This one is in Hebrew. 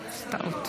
התרבות והספורט.